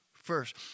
First